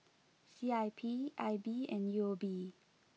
C I P I B and U O B